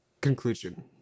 Conclusion